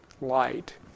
light